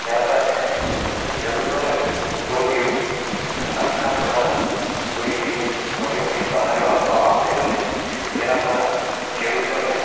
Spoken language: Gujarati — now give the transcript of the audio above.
ત્યાર બાદ ખેડૂતોને કોઈ એવું સરકાર દ્વારા કોઈ એવું મોટી મોટી સહાયો આપવામાં આવતી નથી જેનાં દ્વારા ખેડૂતોને